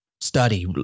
study